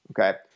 Okay